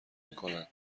میکنند